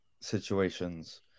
situations